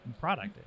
product